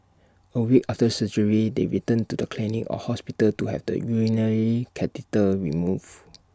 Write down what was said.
A week after surgery they return to the clinic or hospital to have the urinary catheter removed